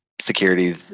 security